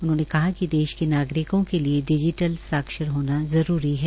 उन्होंने कहा कि देश के नागरिकों के लिए डिजिटल साक्षर होना जरूरी है